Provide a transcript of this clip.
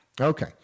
Okay